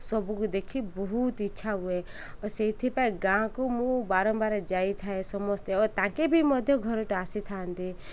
ସବୁକୁ ଦେଖି ବହୁତ ଇଚ୍ଛା ହୁଏ ଓ ସେଇଥିପାଇଁ ଗାଁକୁ ମୁଁ ବାରମ୍ବାର ଯାଇଥାଏ ସମସ୍ତେ ଓ ତାଙ୍କେ ବି ମଧ୍ୟ ଘରଟୁ ଆସିଥାନ୍ତି